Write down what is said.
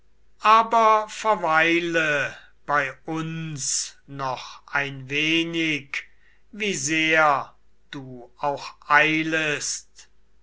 aber verweile bei uns noch ein wenig wie sehr du auch eilest